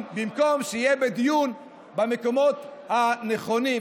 במקום שיהיה בדיון במקומות הנכונים,